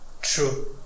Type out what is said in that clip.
True